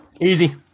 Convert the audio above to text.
Easy